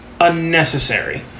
unnecessary